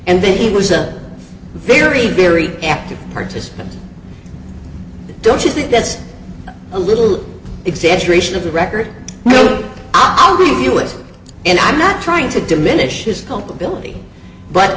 and then he was a very very active participant don't you think that's a little exaggeration of the record on the view is and i'm not trying to diminish his culpability but